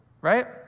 right